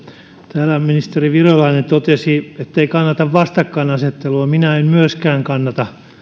täällä ministeri virolainen totesi ettei kannata vastakkainasettelua minä en myöskään kannata